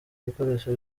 ibikoresho